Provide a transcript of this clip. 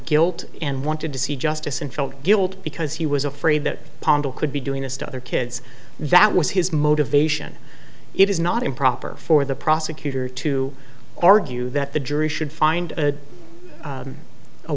guilt and wanted to see justice and felt guilt because he was afraid that pongal could be doing this to other kids that was his motivation it is not improper for the prosecutor to argue that the jury should find a